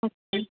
okay